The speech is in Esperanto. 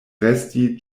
resti